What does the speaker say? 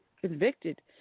convicted